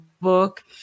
book